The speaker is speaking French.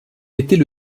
était